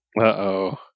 Uh-oh